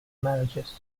marriages